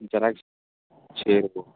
xerox சரி okay